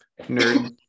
nerd